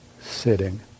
sitting